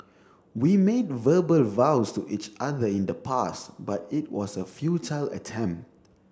we made verbal vows to each other in the past but it was a futile attempt